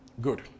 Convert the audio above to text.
Good